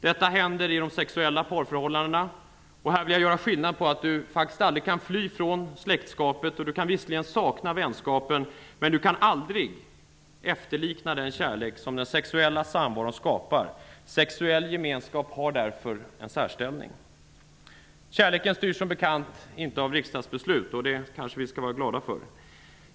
Detta händer i de sexuella parförhållandena, till skillnad från släktskapet som man aldrig kan fly ifrån. Man kan visserligen sakna vänskapen, men den kan aldrig efterlikna den kärlek som den sexuella samvaron skapar. Sexuell gemenskap har därför en särställning. Som bekant styrs inte kärleken av riksdagsbeslut, vilket vi kanske skall vara glada för.